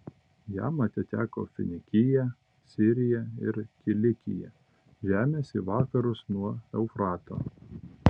jam atiteko finikija sirija ir kilikija žemės į vakarus nuo eufrato